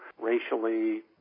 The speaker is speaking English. racially